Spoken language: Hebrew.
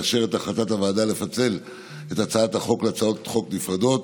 לאשר את החלטת הוועדה לפצל את הצעת החוק להצעות חוק נפרדות,